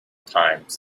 times